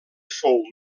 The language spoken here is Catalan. fou